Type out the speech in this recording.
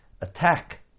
attack